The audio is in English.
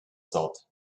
salt